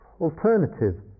alternative